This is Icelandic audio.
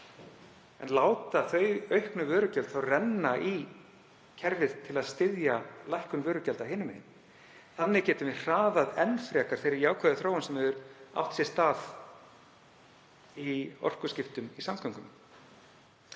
en láta þau auknu vörugjöld þá renna í kerfið til að styðja lækkun vörugjalda hinum megin. Þannig getum við hraðað enn frekar þeirri jákvæðu þróun sem átt hefur sér stað í orkuskiptum í samgöngum.